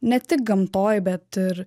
ne tik gamtoj bet ir